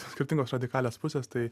skirtingos radikalios pusės tai